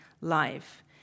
life